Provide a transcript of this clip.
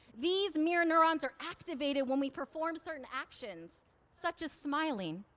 these mirror neurons are activated when we perform certain actions such as smiling,